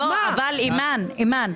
אימאן,